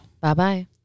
Bye-bye